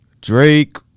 Drake